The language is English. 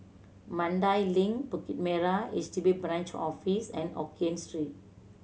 Mandai Link Bukit Merah H D B Branch Office and Hokkien Street